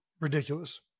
ridiculous